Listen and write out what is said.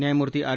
न्यायमूर्ती आर